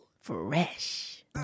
fresh